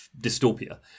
dystopia